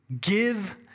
Give